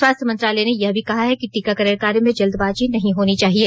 स्वास्थ्य मंत्रालय ने यह भी कहा है कि टीकाकरण कार्य में जल्दबाजी नहीं होनी चाहिए